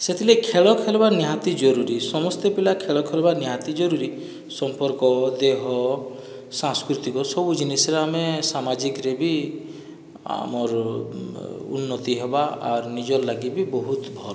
ସେଥିଲାଗି ଖେଳ ଖେଲିବା ନିହାତି ଜରୁରୀ ସମସ୍ତେ ପିଲା ଖେଲ ଖେଲିବା ନିହାତି ଜରୁରୀ ସମ୍ପର୍କ ଦେହ ସାଂସ୍କୃତିକ ସବୁ ଜିନିଷ୍ରେ ଆମେ ସାମାଜିକ୍ରେ ବି ଆମର୍ ଉନ୍ନତି ହେବା ଆର୍ ନିଜର୍ ଲାଗି ବି ବହୁତ ଭଲ୍